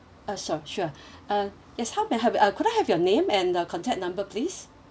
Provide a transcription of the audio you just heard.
uh sorry sure uh yes how may I help you uh could I have your name and the contact number please